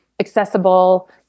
accessible